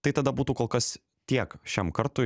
tai tada būtų kol kas tiek šiam kartui